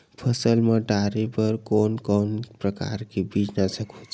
फसल मा डारेबर कोन कौन प्रकार के कीटनाशक होथे?